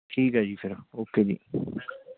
ਠੀਕ ਹੈ ਜੀ ਫ਼ਿਰ ਓਕੇ ਜੀ